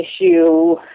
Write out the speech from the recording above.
issue